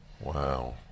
Wow